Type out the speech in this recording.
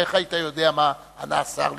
ואיך היית יודע מה ענה השר לאברהים?